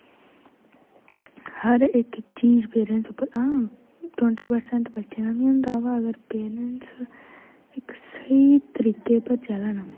हर इक चीज़ पेरैंटस उप्पर हां ट्वंटाी परसेंट बच्चें दा बी होंदा अवा अगर पेरैंटस इस स्हेई तरीके पर चलन